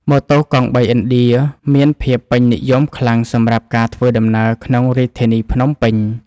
ម៉ូតូកង់បីឥណ្ឌាមានភាពពេញនិយមខ្លាំងសម្រាប់ការធ្វើដំណើរក្នុងរាជធានីភ្នំពេញ។